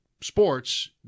sports